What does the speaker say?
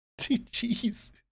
Jeez